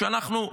שבה אנחנו,